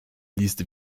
list